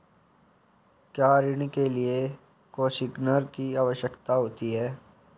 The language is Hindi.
क्या ऋण के लिए कोसिग्नर की आवश्यकता होती है?